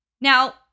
Now